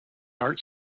art